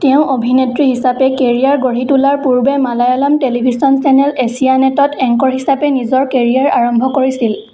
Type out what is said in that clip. তেওঁ অভিনেত্ৰী হিচাপে কেৰিয়াৰ গঢ়ি তোলাৰ পূৰ্বে মালয়ালম টেলিভিছন চেনেল এছিয়া নেটত এংকৰ হিচাপে নিজৰ কেৰিয়াৰ আৰম্ভ কৰিছিল